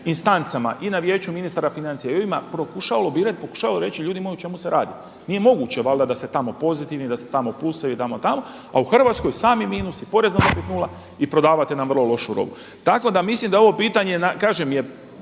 i na Vijeću ministara financija … pokušavao reći ljudima o čemu se radi. Nije moguće valjda da ste tamo pozitivni, da ste tamo … a u Hrvatskoj sami minusi, porez na dobit 0 i prodajete nam vrlo lošu robu. Tako da mislim da je ovo pitanje, kažem jer